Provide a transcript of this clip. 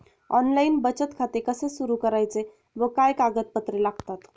Online बचत खाते कसे सुरू करायचे व काय कागदपत्रे लागतात?